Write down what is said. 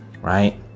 right